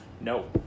No